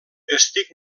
estic